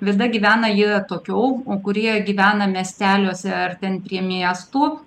vida gyvena jie atokiau kurie gyvena miesteliuose ar ten prie miestų